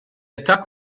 attack